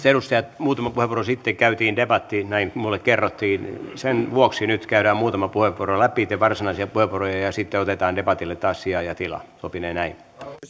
edustajat muutama puheenvuoro sitten käytiin debatti näin minulle kerrottiin sen vuoksi nyt käydään muutama puheenvuoro läpi varsinaisia puheenvuoroja ja ja sitten otetaan debatille taas sijaa ja tilaa sopinee näin arvoisa